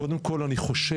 קודם כל אני חושב,